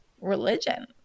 religion